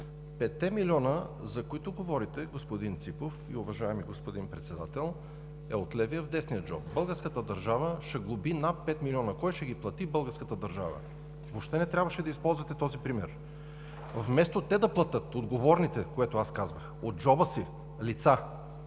Петте милиона, за които говорите, господин Ципов и уважаеми господин Председател, е от левия в десния джоб. Българската държава ще глоби над пет милиона… Кой ще ги плати? Българската държава! Въобще не трябваше да използвате този пример! Вместо те – отговорните лица, да платят, което аз казвам, от джоба си,